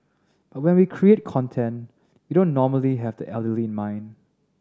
but when we create content we don't normally have the elderly in mind